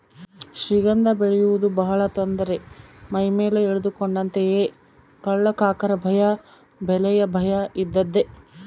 ಶ್ರೀಗಂಧ ಬೆಳೆಯುವುದು ಬಹಳ ತೊಂದರೆ ಮೈಮೇಲೆ ಎಳೆದುಕೊಂಡಂತೆಯೇ ಕಳ್ಳಕಾಕರ ಭಯ ಬೆಲೆಯ ಭಯ ಇದ್ದದ್ದೇ